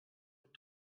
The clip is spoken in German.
mit